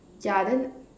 ya then